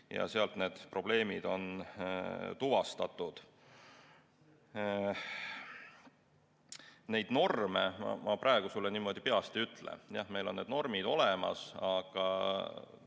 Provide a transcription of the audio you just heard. ja seal need probleemid on tuvastatud. Neid norme ma praegu sulle niimoodi peast ei ütle. Jah, meil on need normid olemas, aga